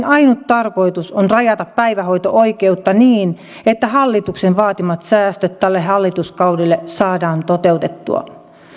ainut tarkoitus on rajata päivähoito oikeutta niin että hallituksen vaatimat säästöt tälle hallituskaudelle saadaan toteutettua